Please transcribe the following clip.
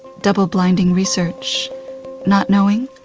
double-blinding research not knowing,